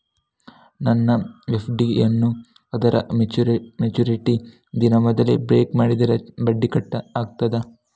ನನ್ನ ಎಫ್.ಡಿ ಯನ್ನೂ ಅದರ ಮೆಚುರಿಟಿ ದಿನದ ಮೊದಲೇ ಬ್ರೇಕ್ ಮಾಡಿದರೆ ಬಡ್ಡಿ ಕಟ್ ಆಗ್ತದಾ?